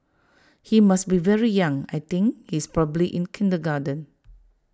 he must be very young I think he's probably in kindergarten